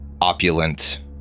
opulent